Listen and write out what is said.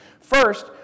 First